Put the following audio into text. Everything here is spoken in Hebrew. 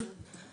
(הצגת מצגת)